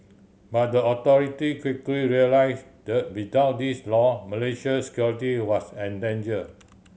but the authority quickly realised that without this law Malaysia's security was endangered